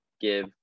give